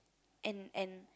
and and